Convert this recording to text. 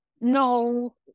No